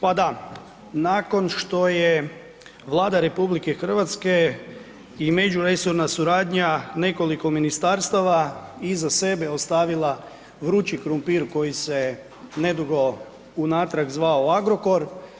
Pa da, nakon što je Vlada RH i međuresorna suradnja nekoliko ministarstava iza sebe ostavila vrući krumpir koji se nedugo unatrag zvao Agrokor.